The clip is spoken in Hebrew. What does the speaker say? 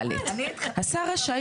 (ד)השר רשאי